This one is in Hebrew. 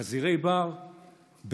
חזירי בר בחיפה.